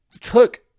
took